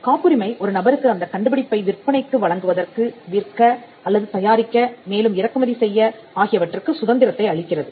காப்புரிமை ஒரு நபருக்கு அந்தக் கண்டுபிடிப்பை விற்பனைக்கு வழங்குவதற்கு விற்க அல்லது தயாரிக்க மேலும் இறக்குமதி செய்ய ஆகியவற்றுக்கு சுதந்திரத்தை அளிக்கிறது